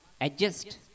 adjust